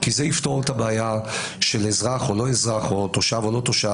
כי זה יפתור את הבעיה של אזרח או לא אזרח או תושב או לא תושב,